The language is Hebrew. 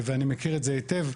ואני מכיר את זה היטב.